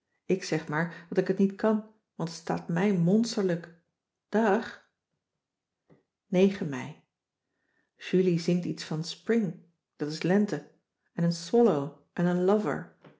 ik zeg maar dat ik het niet kan want het staat mij monsterlijk ààg e ei ulie zingt iets van spring dat is lente en een swallow en een lover